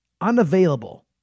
Unavailable